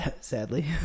Sadly